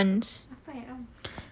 add ons